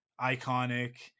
iconic